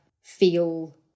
feel